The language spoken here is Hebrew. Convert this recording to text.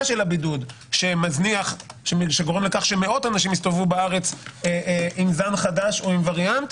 הבידוד שגורם לכך שמאות אנשים יסתובבו בארץ עם זן חדש או עם וריאנט,